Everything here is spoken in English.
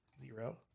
zero